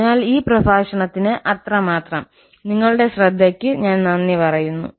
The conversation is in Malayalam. അതിനാൽ ഈ പ്രഭാഷണത്തിന് അത്രമാത്രം നിങ്ങളുടെ ശ്രദ്ധയ്ക്ക് ഞാൻ നന്ദി പറയുന്നു